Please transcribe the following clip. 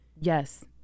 Yes